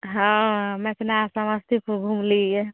हँ मिथिला समस्तीपुर घुमलियै